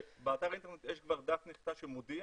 באתר האינטרנט יש כבר דף נחיתה שמודיע.